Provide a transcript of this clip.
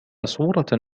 صورة